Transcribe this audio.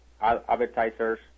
advertisers